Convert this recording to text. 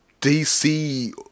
DC